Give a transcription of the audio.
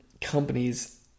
companies